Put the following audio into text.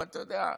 אבל אתה יודע,